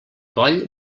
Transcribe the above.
coll